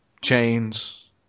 chains